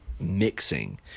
mixing